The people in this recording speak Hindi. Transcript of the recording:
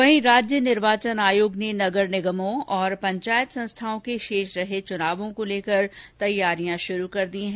वहीं राज्य निर्वाचन आयोग ने नगर निगमों और पंचायत संस्थाओं के शेष रहे चुनाव को लेकर तैयारियां शुरू कर दी है